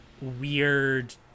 weird